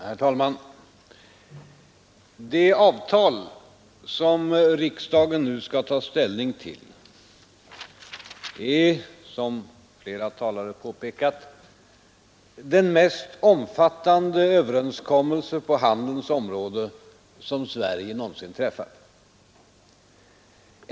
Herr talman! Det avtal som riksdagen nu skall ta ställning till är som flera talare påpekat — den mest omfattande överenskommelse på handelns område som Sverige någonsin träffat.